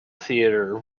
theater